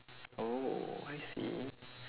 oh I see